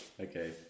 Okay